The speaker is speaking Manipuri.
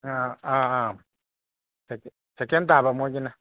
ꯑꯥ ꯑꯥ ꯑꯥ ꯁꯦꯀꯦꯟ ꯇꯥꯕ ꯃꯣꯏꯒꯤꯅ